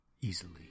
easily